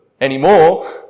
anymore